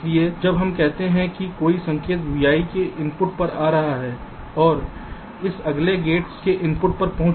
इसलिए जब हम कहते हैं कि कोई संकेत vi के इनपुट पर आ रहा है और यह अगले गेट्स के इनपुट पर पहुंच रहा है